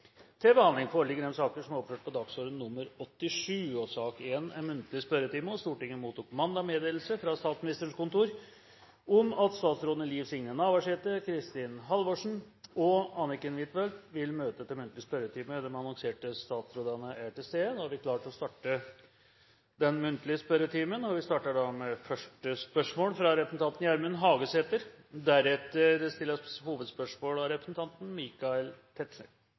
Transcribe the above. Stortinget mottok mandag meddelelse fra Statsministerens kontor om at statsrådene Liv Signe Navarsete, Kristin Halvorsen og Anniken Huitfeldt vil møte til muntlig spørretime. De annonserte statsrådene er til stede, og vi er klare til å starte den muntlige spørretimen. Vi starter da med første hovedspørsmål, fra representanten Gjermund Hagesæter. Til kommunalministeren: Igjen er store delar av